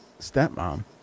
stepmom